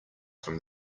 from